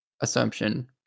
assumption